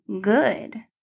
good